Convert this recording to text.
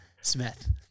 Smith